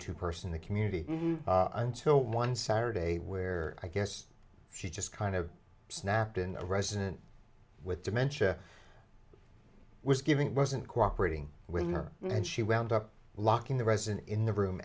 to person in the community until one saturday where i guess she just kind of snapped in a resident with dementia was giving it wasn't cooperating with her and she wound up locking the resident in the room